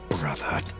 Brother